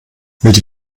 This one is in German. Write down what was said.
welche